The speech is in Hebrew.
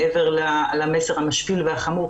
מעבר למסר המשפיל והחמור,